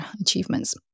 achievements